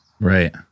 Right